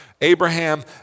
Abraham